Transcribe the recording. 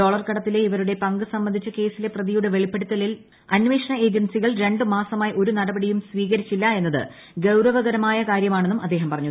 dollar കടത്തിലെ ഇവരുടെ പങ്ക് സംബന്ധിച്ച് കേസിലെ പ്രതിയുടെ വെളിപ്പെടുത്തലിൽ അന്വേഷണ ഏജൻസികൾ രണ്ട് മാസമായി ഒരു നടപടിയും സ്വീകരിച്ചില്ല എന്നത് ഗൌരവകരമായ കാര്യമാണെന്നും അദ്ദേഹം പറഞ്ഞു